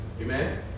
Amen